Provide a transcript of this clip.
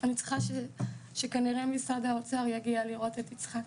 אני צריכה שכנראה משרד האוצר יגיע לראות את יצחק